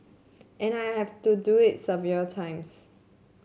and I have to do it several times